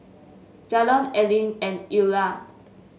Jalon Aleen and Eulah